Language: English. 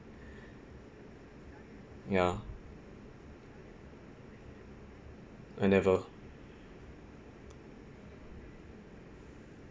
ya I never